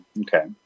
Okay